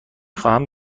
خواهم